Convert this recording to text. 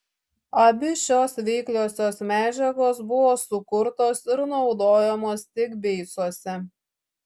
abi šios veikliosios medžiagos buvo sukurtos ir naudojamos tik beicuose